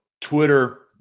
Twitter